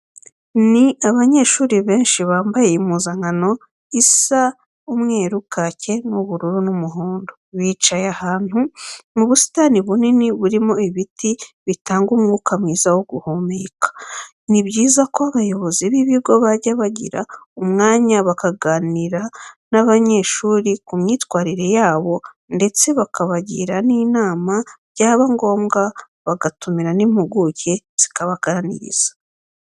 Ni abanyeshuri benshi bambaye impuzankano isa umweru, kake, ubururu n'umuhondo. Bicaye ahantu mu busitani bunini burimo n'ibiti bitanga umwuka mwiza wo guhumeka. Ni byiza ko abayobozi b'ibigo bajya bagira umwanya bakaganira n'abanyeshuri ku myitwarire yabo ndetse bakabagira n'inama byaba ngombwa bagatumira n'impuguke zikabaganiriza.